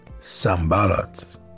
Sambalat